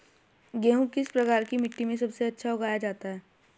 गेहूँ किस प्रकार की मिट्टी में सबसे अच्छा उगाया जाता है?